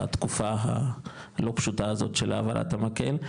בתקופה הלא פשוטה הזאת של העברת המקל,